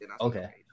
Okay